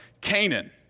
Canaan